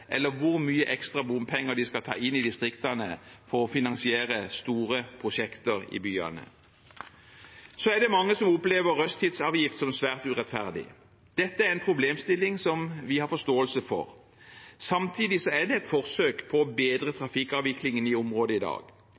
eller hvor mye ekstra bompenger de skal ta inn i distriktene for å finansiere store prosjekter i byene. Så er det mange som opplever rushtidsavgift som svært urettferdig. Dette er en problemstilling vi har forståelse for. Samtidig er det et forsøk på å bedre trafikkavviklingen i området i dag.